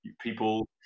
People